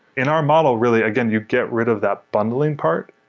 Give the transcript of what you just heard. in our model, really, again, you'd get rid of that bundling part.